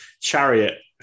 chariot